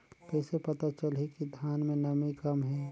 कइसे पता चलही कि धान मे नमी कम हे?